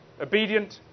Obedient